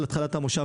בתחילת המושב,